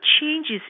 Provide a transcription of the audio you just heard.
changes